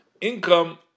income